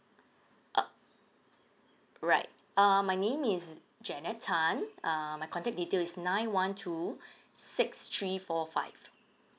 uh right uh my name is janet tan uh my contact detail is nine one two six three four five